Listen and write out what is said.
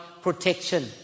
protection